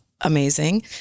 amazing